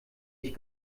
ich